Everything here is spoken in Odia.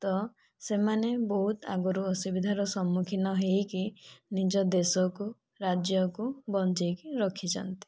ତ ସେମାନେ ବହୁତ ଆଗରୁ ଆସୁବିଧାର ସମ୍ମୁଖୀନ ହୋଇକି ନିଜ ଦେଶକୁ ରାଜ୍ୟକୁ ବଞ୍ଚେଇକି ରଖିଛନ୍ତି